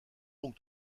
donc